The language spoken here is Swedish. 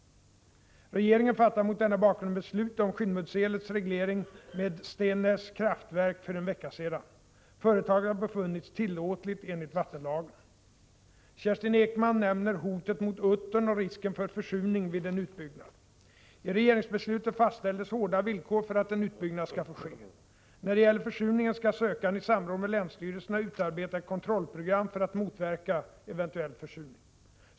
Regeringen fattade mot denna bakgrund beslut om Skinnmuddselets reglering med Stennäs kraftverk för en vecka sedan. Företaget har befunnits tillåtligt enligt vattenlagen. Kerstin Ekman nämner hotet mot uttern och risken för försurning vid en utbyggnad. I regeringsbeslutet fastställdes hårda villkor för att en utbyggnad skall få ske. När det gäller försurningen skall sökanden i samråd med länsstyrelserna utarbeta ett kontrollprogram för att motverka eventuell försurning.